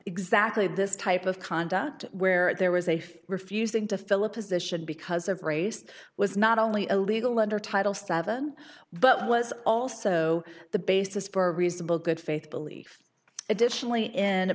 exactly this type of conduct where there was a for refusing to fill a position because of race was not only illegal under title stephen but was also the basis for a reasonable good faith belief additionally in